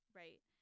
right